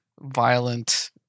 violent